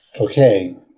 Okay